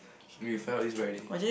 should you felt this badly